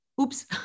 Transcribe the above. oops